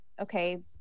okay